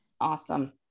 Awesome